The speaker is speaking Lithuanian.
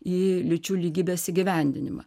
į lyčių lygybės įgyvendinimą